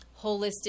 holistic